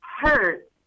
hurt